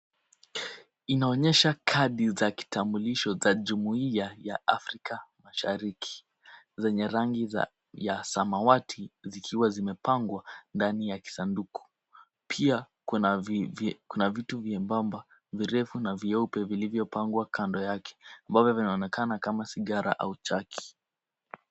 Inaonyesha kadi za kitambulisho ya jumuia ya Afrika Mashariki zenye rangi ya samawati zikiwa zimepangwa ndani ya kisanduku. Pia kuna vitu nyembamba, virefu na vyeupe vilivyopangwa kando yake ambavyo vinaonekana kama sigara au chaki.